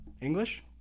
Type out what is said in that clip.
English